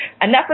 enough